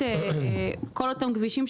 כל אותם כבישים,